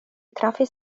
trafis